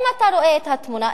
אם אתה רואה את התמונה,